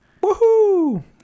Woohoo